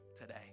today